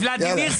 ולדימיר,